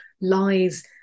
lies